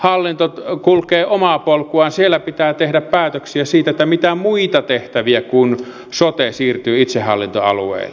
maakuntahallinto kulkee omaa polkuaan siellä pitää tehdä päätöksiä siitä mitä muita tehtäviä kuin sote siirtyy itsehallintoalueelle